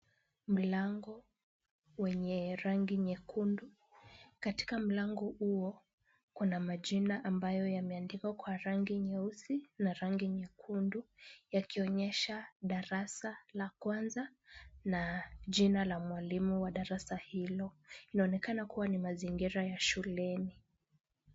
Mlango wenye rangi nyekundu. Katika mlango huo kuna majina ambayo yameandikwa kwa rangi nyeusi na rangi nyekundu, yakionyesha darasa la kwanza na jina la mwalimu wa darasa hilo. Inaonekana kuwa ni mazingira ya shuleni.